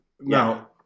Now